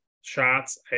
shots